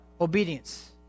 Obedience